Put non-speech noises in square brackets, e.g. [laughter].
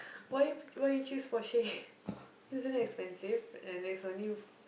why you why you choose Porsche [breath] isn't it expensive and it's only